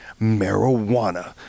marijuana